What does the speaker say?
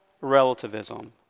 relativism